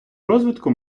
розвитку